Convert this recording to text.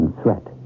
threat